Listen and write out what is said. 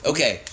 Okay